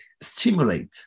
stimulate